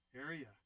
area